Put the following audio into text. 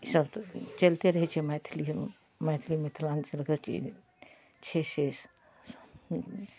ईसब तऽ चलिते रहै छै मैथिली मैथिली मिथिलाञ्चलके कि छै से स